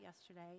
yesterday